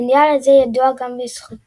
המונדיאל הזה ידוע גם בזכות